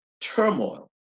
turmoil